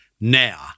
now